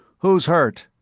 who's hurt?